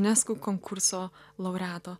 nes konkurso laureato